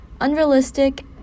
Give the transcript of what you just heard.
unrealistic